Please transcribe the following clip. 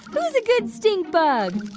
who's a good stink bug?